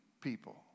people